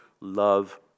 love